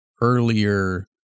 earlier